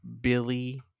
Billy